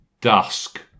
dusk